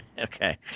okay